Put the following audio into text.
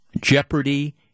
Jeopardy